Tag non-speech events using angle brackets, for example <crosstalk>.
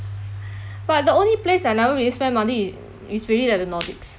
but the only place I never really spend money is <noise> is really at the nordics